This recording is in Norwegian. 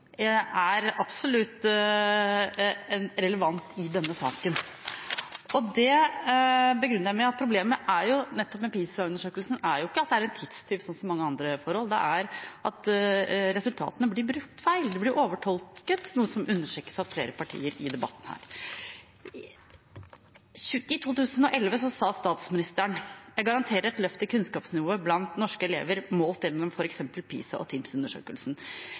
absolutt er relevant i denne saken. Det begrunner jeg med at problemet nettopp med PISA-undersøkelsen er ikke at den er en tidstyv – som mange andre forhold – men at resultatene blir brukt feil. De blir overtolket, noe som understrekes av flere partier her i debatten. I 2011 sa statsministeren: Jeg garanterer et løft i Kunnskapsløftet blant norske elever, målt gjennom f.eks. PISA- og